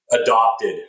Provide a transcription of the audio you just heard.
adopted